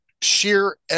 sheer